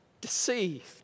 deceived